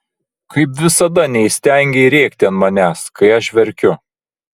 kaip visada neįstengei rėkti ant manęs kai aš verkiu